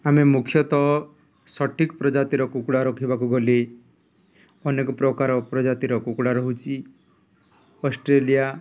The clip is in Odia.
ଆମେ ମୁଖ୍ୟତଃ ସଠିକ୍ ପ୍ରଜାତିର କୁକୁଡ଼ା ରଖିବାକୁ ଗଲି ଅନେକ ପ୍ରକାର ପ୍ରଜାତିର କୁକୁଡ଼ା ରହୁଛି ଅଷ୍ଟ୍ରେଲିଆ